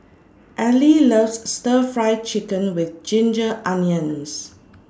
Ally loves Stir Fry Chicken with Ginger Onions